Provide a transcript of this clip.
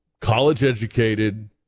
college-educated